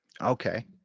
Okay